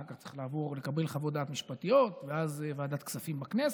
אחר כך צריך לקבל חוות דעת משפטיות ואז ועדת כספים בכנסת,